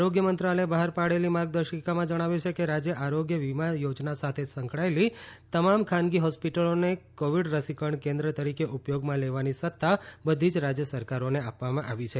આરોગ્ય મંત્રાલયે બહાર પાડેલી માર્ગદર્શિકામાં જણાવ્યું છે કે રાજ્ય આરોગ્ય વીમા યોજના સાથે સંકળાયેલી તમામ ખાનગી હોસ્પિટલોને કોવિડ રસીકરણ કેન્દ્ર તરીકે ઉપયોગમાં લેવાની સત્તા બધી જ રાજ્ય સરકારોને આપવામાં આવી છે